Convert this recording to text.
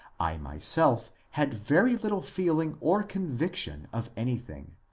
i myself had very little feeling or conviction of anything.